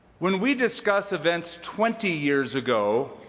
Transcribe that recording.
when we discuss events twenty years ago,